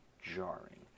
jarring